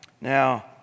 now